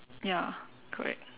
ya correct